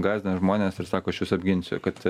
gąsdina žmones ir sako aš jus apginsiu kad